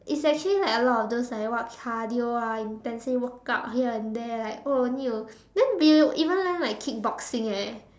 it's actually like a lot of those like what cardio ah intensive workout here and there like oh need to then we even learn like kickboxing eh